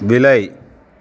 விலை